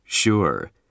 Sure